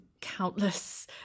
countless